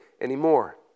anymore